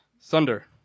Thunder